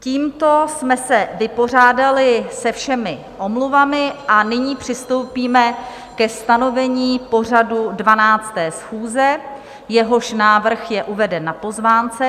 Tímto jsme se vypořádali se všemi omluvami a nyní přistoupíme ke stanovení pořadu 12. schůze, jehož návrh je uveden na pozvánce.